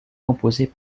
composée